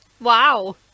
Wow